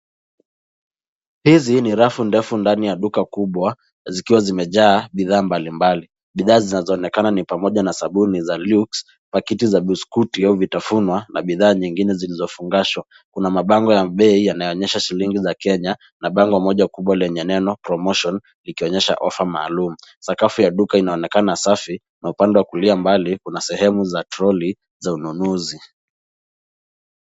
Hizi ni rafu ndefu ndani ya duka kubwa zikiwa zimejaa bidhaa mbalimbali. Bidhaa zinazoonekana ni pamoja na sabuni za lukes , pakiti za biskuti au vitafunwa na bidhaa nyingine zilizofungashwa. Kuna mabango ya bei, yanayoonyesha shilingi za Kenya na bango moja kubwa lenye neno promotion likionyesha ofa maalum. Sakafu ya duka inaonekana safi na upande wa kulia mbali, kuna sehemu za troli za ununuzi.